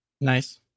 Nice